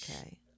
Okay